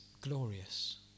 glorious